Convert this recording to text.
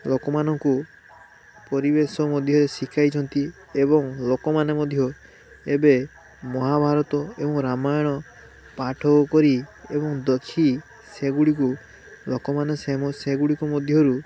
ଲୋକମାନଙ୍କୁ ପରିବେଶ ମଧ୍ୟ ଶିଖାଇଛନ୍ତି ଏବଂ ଲୋକମାନେ ମଧ୍ୟ ଏବେ ମହାଭାରତ ଏବଂ ରାମାୟଣ ପାଠ କରି ଏବଂ ଦେଖି ସେଗୁଡ଼ିକୁ ଲୋକମାନେ ସେମ ସେଗୁଡ଼ିକୁ ମଧ୍ୟରୁ